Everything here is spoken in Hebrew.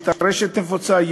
יש טרשת נפוצה,